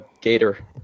gator